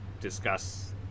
discuss